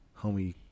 homie